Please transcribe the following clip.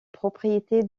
propriété